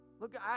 Look